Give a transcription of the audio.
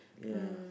ya